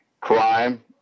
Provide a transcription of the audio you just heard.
crime